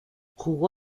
jugó